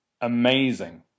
amazing